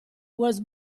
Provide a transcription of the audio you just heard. was